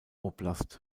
oblast